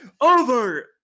over